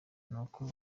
uko